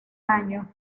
año